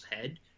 head